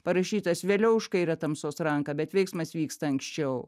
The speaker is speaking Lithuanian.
parašytas vėliau už kairę tamsos ranką bet veiksmas vyksta anksčiau